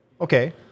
Okay